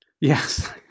Yes